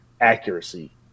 accuracy